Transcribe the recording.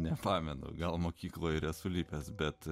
nepamenu gal mokykloje ir esu lipęs bet